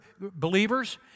believers